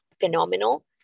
phenomenal